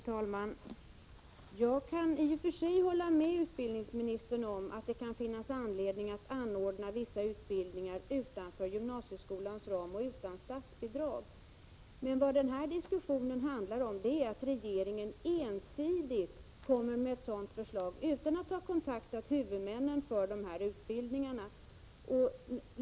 Fru talman! Jag kan i och för sig hålla med utbildningsministern om att det kan finnas anledning att anordna vissa utbildningar utanför gymnasieskolans ram och utan statsbidrag, men vad den här diskussionen handlar om är att regeringen ensidigt kommer med ett sådant förslag utan att ha kontaktat huvudmännen för dessa utbildningar.